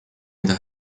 mida